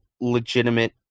legitimate